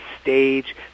stage